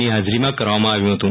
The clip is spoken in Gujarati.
ની હાજરીમાં કરવામાં આવ્યુ હતું